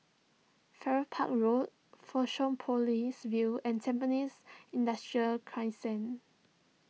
Farrer Park Road Fusionopolis View and Tampines Industrial Crescent